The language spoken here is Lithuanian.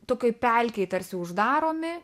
tokioj pelkėj tarsi uždaromi